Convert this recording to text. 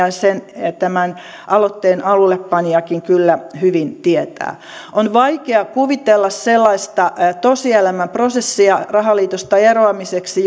ja sen tämän aloitteen alullepanijakin kyllä hyvin tietää on vaikea kuvitella sellaista tosielämän prosessia rahaliitosta eroamiseksi